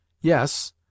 Yes